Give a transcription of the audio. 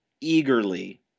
eagerly